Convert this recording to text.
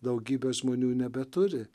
daugybė žmonių nebeturi